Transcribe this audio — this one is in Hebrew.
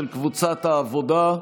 של קבוצת העבודה.